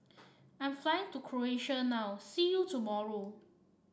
I'm flying to Croatia now see you tomorrow